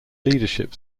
leadership